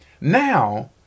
Now